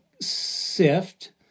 SIFT